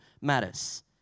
matters